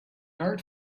art